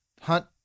hunt